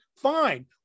fine